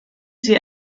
sie